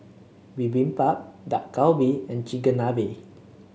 Bibimbap Dak Galbi and Chigenabe